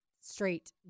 straight